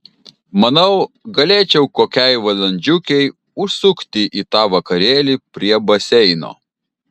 manau galėčiau kokiai valandžiukei užsukti į tą vakarėlį prie baseino